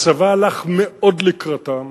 הצבא הלך מאוד לקראתם,